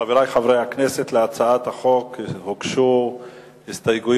חברי חברי הכנסת, להצעת החוק הוגשו הסתייגויות,